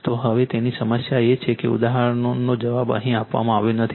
તો હવે પછીની સમસ્યા એ છે કે ઉદાહરણનો જવાબ અહીં આપવામાં આવ્યો નથી